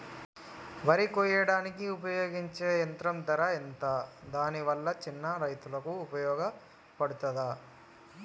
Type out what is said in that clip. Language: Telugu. వరి కొయ్యడానికి ఉపయోగించే యంత్రం ధర ఎంత దాని వల్ల చిన్న రైతులకు ఉపయోగపడుతదా?